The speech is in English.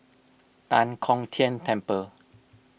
Tan Kong Tian Temple